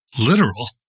literal